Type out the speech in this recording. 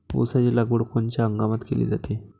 ऊसाची लागवड कोनच्या हंगामात केली जाते?